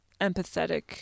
empathetic